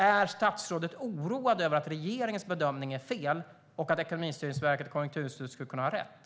Är statsrådet oroad över att regeringens bedömning är fel och att Ekonomistyrningsverket och Konjunkturinstitutet skulle kunna ha rätt?